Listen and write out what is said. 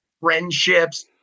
friendships